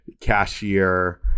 cashier